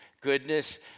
goodness